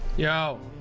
yeah